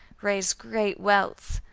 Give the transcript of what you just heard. raised great welts,